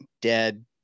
dead